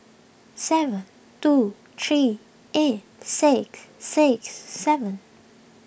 seven two three eight six six seven